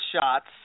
shots